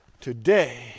Today